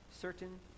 certain